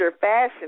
fashion